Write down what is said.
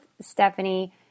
Stephanie